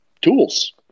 tools